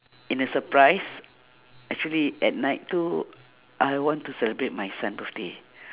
in a surprise actually at night too I want to celebrate my son birthday